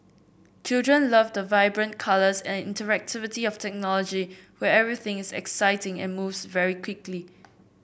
children love the vibrant colours and interactivity of technology where everything is exciting and moves very quickly